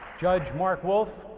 judge mark wolf,